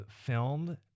filmed